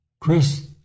Chris